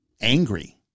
angry